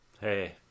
Hey